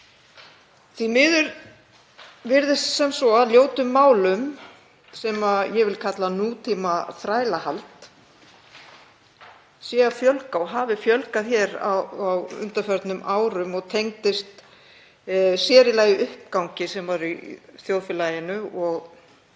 Því miður virðist sem svo að ljótum málum, sem ég vil kalla nútímaþrælahald, sé að fjölga og hafi fjölgað hér á undanförnum árum og tengdist sér í lagi uppgangi sem var í þjóðfélaginu og